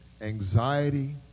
anxiety